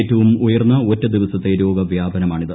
ഏറ്റവും ഉയർന്ന ഒറ്റദിവസത്തെ രോഗവ്യാപനമാണിത്